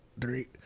three